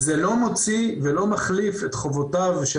זה לא מוציא ולא מחליף את חובותיו של